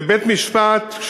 ובית-המשפט,